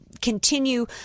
continue